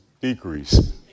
decrease